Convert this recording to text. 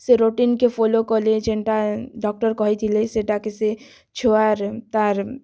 ସେ ରୁଟିନ୍ କେ ଫୋଲୋ କଲେ ଯେନ୍ଟା ଡ଼କ୍ଟର୍ କହିଥିଲେ ସେଟାକେ ସେ ଛୁଆର୍ ତା'ର୍